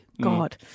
God